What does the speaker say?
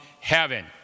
heaven